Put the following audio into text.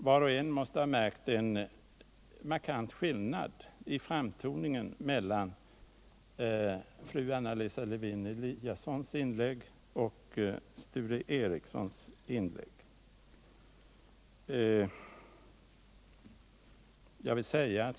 Var och en måste ha märkt en markant skillnad i framtoningen mellan fru Anna Lisa Lewén-Eliassons inlägg och Sture Ericsons inlägg.